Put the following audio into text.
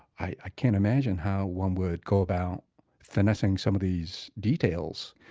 i can't imagine how one would go about finessing some of these details.